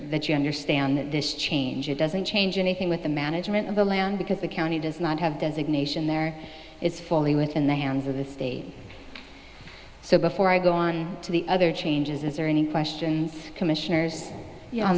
that you understand that this change it doesn't change anything with the management of the land because the county does not have designation there is fully within the hands of the state so before i go on to the other changes is there any questions commissioners